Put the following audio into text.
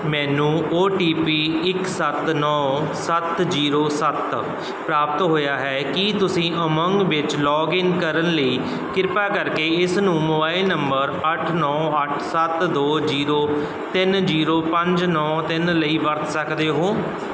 ਮੈਨੂੰ ਓਟੀਪੀ ਇੱਕ ਸੱਤ ਨੌਂ ਸੱਤ ਜੀਰੋ ਸੱਤ ਪ੍ਰਾਪਤ ਹੋਇਆ ਹੈ ਕੀ ਤੁਸੀਂ ਉਮੰਗ ਵਿੱਚ ਲੌਗਇਨ ਕਰਨ ਲਈ ਕਿਰਪਾ ਕਰਕੇ ਇਸ ਨੂੰ ਮੋਬਾਈਲ ਨੰਬਰ ਅੱਠ ਨੌਂ ਅੱਠ ਸੱਤ ਦੋ ਜੀਰੋ ਤਿੰਨ ਜੀਰੋ ਪੰਜ ਨੌਂ ਤਿੰਨ ਲਈ ਵਰਤ ਸਕਦੇ ਹੋ